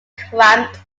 cramped